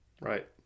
right